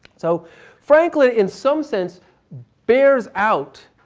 so franklin in some sense bears out